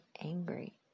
angry